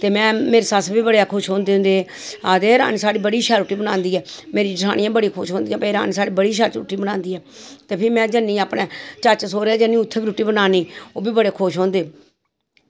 ते में मेरी सस्स बी बड़ा खुश होंदी ही ते आक्खदी रानी साढ़ी बड़ी शैल रुट्टी बनांदी ऐ मेरी जेठानी बी बड़ी खुश होंदी की रानी साढ़ी बड़ी शैल रुट्टी बनांदी ऐ ते में फिर जन्नी अपने चाचे सोह्रै दे जन्नी उत्थें बी रुट्टी बनानी ओह्बी बड़े खुश होंदे